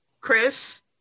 Chris